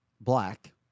black